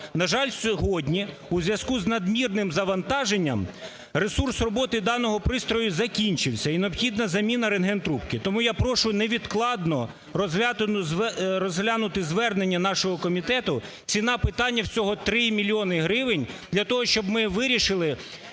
На жаль, сьогодні, у зв'язку з надмірним завантаженням ресурс роботи даного пристрою закінчився, і необхідна заміна ренгентрубки. Тому я прошу, невідкладно, розглянути звернення нашого комітету, ціна питання всього 3 мільйони гривень для того, щоб ми вирішили